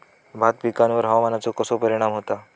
भात पिकांर हवामानाचो कसो परिणाम होता?